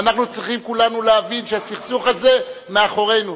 ואנחנו צריכים כולנו להבין, שהסכסוך הזה מאחורינו.